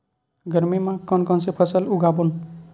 गरमी मा कोन कौन से फसल उगाबोन?